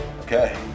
Okay